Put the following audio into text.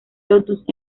lotus